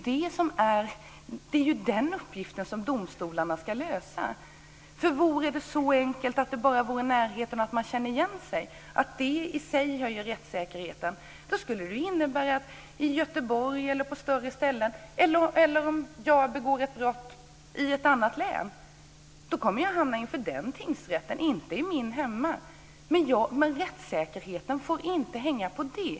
Det är ju den uppgiften som domstolarna har att lösa. Det är inte så enkelt att närheten i sig höjer rättssäkerheten. Skulle jag begå brott i ett annat län, då skulle jag hamna inför den tingsrätten, inte inför den som finns på min hemort. Men rättssäkerheten får inte hänga på det.